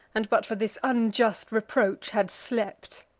and, but for this unjust reproach, had slept?